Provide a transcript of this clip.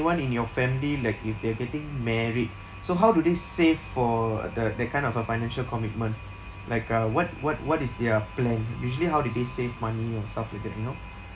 anyone in your family like if they're getting married so how do they save for the that kind of a financial commitment like uh what what what is their plan usually how did they save money or stuff like that you know